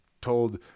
told